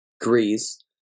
Greece